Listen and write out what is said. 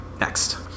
Next